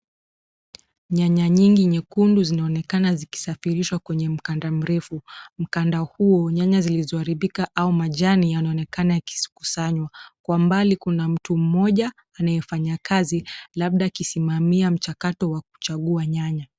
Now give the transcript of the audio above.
Nyanya nyingi nyekundu zinaonekana ziksafirishwa kwenye mkanda mrefu. Mkanda huo nyanya zilizoharibika au majani yanaonekana yakikusanywa. Kwa mbali kuna mtu mmoja anayefanya kazi labda akisimamia mchakato wa kuchagua nyanya.